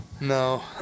no